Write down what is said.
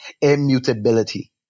immutability